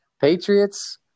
Patriots